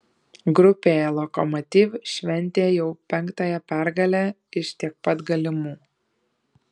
grupėje lokomotiv šventė jau penktąją pergalę iš tiek pat galimų